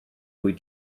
wyt